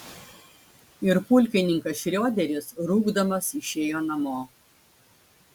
ir pulkininkas šrioderis rūgdamas išėjo namo